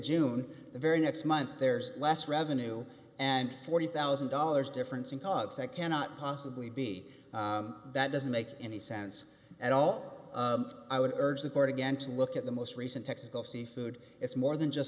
june the very next month there's less revenue and forty thousand dollars difference in cogs that cannot possibly be that doesn't make any sense at all i would urge the court again to look at the most recent texas gulf seafood it's more than just